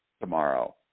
tomorrow